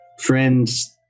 friend's